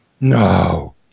No